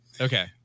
Okay